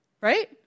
Right